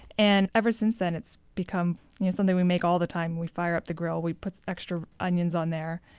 and ever since then it's become you know something we make all the time. we fire up the grill, we put extra onions on there,